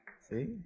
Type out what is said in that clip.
See